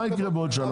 מהיקרה בעוד שנה?